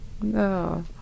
No